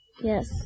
Yes